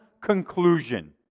conclusion